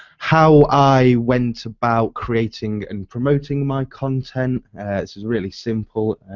how i went about creating and promoting my content, it's it's really simple.